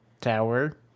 tower